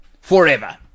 forever